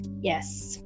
Yes